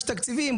יש תקציבים,